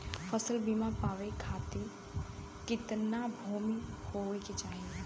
फ़सल बीमा पावे खाती कितना भूमि होवे के चाही?